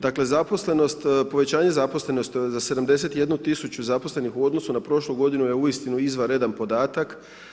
Dakle zaposlenost, povećanje zaposlenosti za 71 tisuću zaposlenih u odnosu na prošlu godinu je uistinu izvanredan podatak.